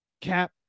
cap